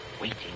waiting